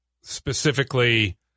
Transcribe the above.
specifically